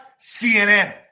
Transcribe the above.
CNN